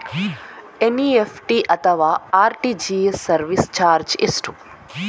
NEFT ಅಥವಾ R T G S service charge ಎಷ್ಟು?